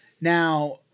Now